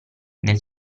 nel